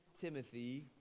Timothy